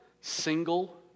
single